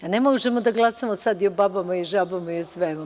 Ne možemo da glasamo sada i o babama i o žabama i o svemu.